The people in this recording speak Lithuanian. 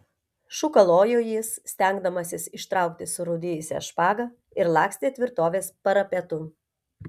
šūkalojo jis stengdamasis ištraukti surūdijusią špagą ir lakstė tvirtovės parapetu